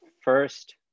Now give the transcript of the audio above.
first